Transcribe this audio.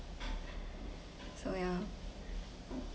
so ya